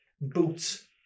boots